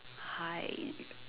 hi